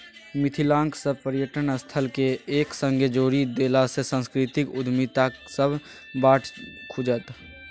मिथिलाक सभ पर्यटन स्थलकेँ एक संगे जोड़ि देलासँ सांस्कृतिक उद्यमिताक नब बाट खुजत